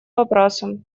вопросом